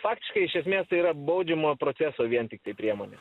faktiškai iš esmės tai yra baudžiamojo proceso vien tiktai priemonė